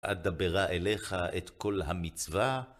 אדברה אליך את כל המצווה.